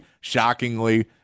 shockingly